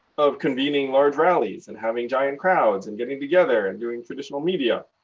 of convening large rallies and having giant crowds and getting together and doing traditional media,